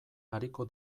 ariko